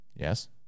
Yes